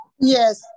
yes